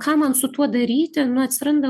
ką man su tuo daryti nu atsiranda